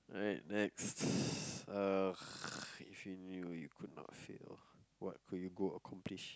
alright next uh if you knew you could not fail what could you go accomplish